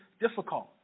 difficult